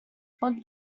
خود